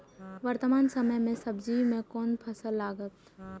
वर्तमान समय में सब्जी के कोन फसल लागत?